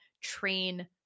train